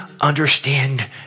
understand